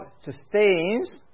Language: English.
sustains